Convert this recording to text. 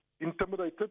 intimidated